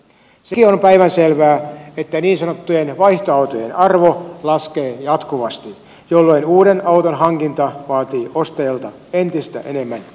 sekin on päivänselvää että niin sanottujen vaihtoautojen arvo laskee jatkuvasti jolloin uuden auton hankinta vaatii ostajalta entistä enemmän omaa pääomaa